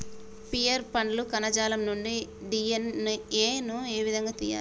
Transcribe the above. Pear పండ్ల కణజాలం నుండి డి.ఎన్.ఎ ను ఏ విధంగా తియ్యాలి?